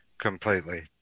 completely